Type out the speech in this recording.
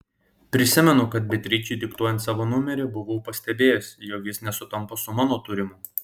prisimenu kad beatričei diktuojant savo numerį buvau pastebėjęs jog jis nesutampa su mano turimu